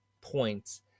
points